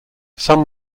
some